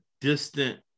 distant